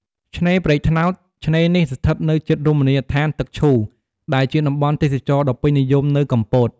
ឆ្នេរព្រែកត្នោត ឆ្នេរនេះស្ថិតនៅជិតរមណីយដ្ឋានទឹកឈូ ដែលជាតំបន់ទេសចរណ៍ដ៏ពេញនិយមនៅកំពត។